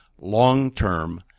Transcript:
Long-term